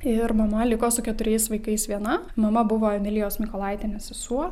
ir mama liko su keturiais vaikais viena mama buvo emilijos mykolaitienės sesuo